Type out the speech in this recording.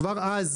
כבר אז,